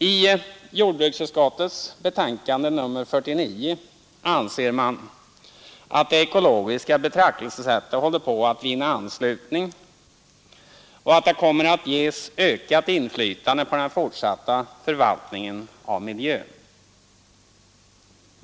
I jordbruksutskottets betänkande nr 49 har man ansett att det ekologiska betraktelsesättet håller på att vinna anslutning och att det kommer att ges ökat inflytande på den fortsatta förvaltningen av miljön.